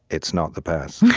it's not the past.